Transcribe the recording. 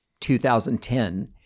2010